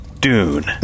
Dune